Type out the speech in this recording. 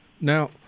Now